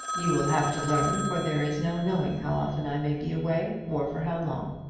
you will have to learn, for there is no knowing how often i may be away, or for how long.